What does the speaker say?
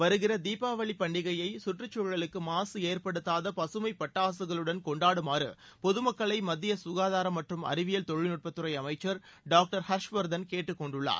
வருகிற தீபாவளிப் பண்டிகையை சுற்றுச்சூழலுக்கு மாசு ஏற்படுத்தாத பசுமைப் பட்டாசுகளுடன் கொண்டாடுமாறு பொது மக்களுக்கு மத்திய சுகாதாரம் மற்றும் அறிவியல் தொழில்நட்பத்துறை அமைச்சர் டாக்டர் ஹர்ஷ்வர்தன் கேட்டுக் கொண்டுள்ளார்